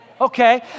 Okay